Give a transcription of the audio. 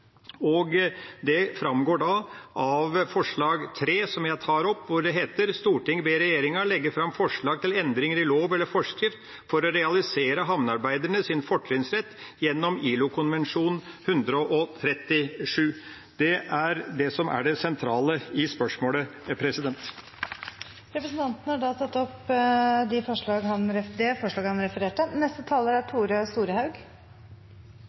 og jeg vil nå ta opp forslag nr. 3, som vi har fremmet sammen med SV, hvor det står: «Stortinget ber regjeringa leggje fram forslag til endringar i lov eller forskrift for å realisera hamnearbeidarar sin fortrinnsrett gjennom ILO-konvensjon 137.» Det er det sentrale i dette spørsmålet. Representanten Per Olaf Lundteigen har tatt opp det forslaget han